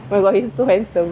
oh my god he's so handsome